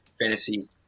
fantasy